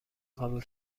قبول